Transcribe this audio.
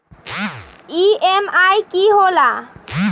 EMI की होला?